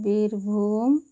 Birbhum